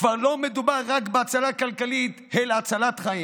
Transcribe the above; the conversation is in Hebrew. כבר לא מדובר בהצלה כלכלית אלא בהצלת חיים.